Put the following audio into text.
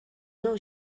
know